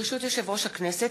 ברשות יושב-ראש הכנסת,